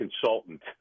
consultant